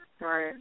Right